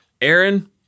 Aaron